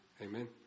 Amen